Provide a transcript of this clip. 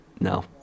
no